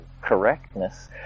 correctness